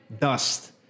dust